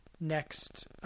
next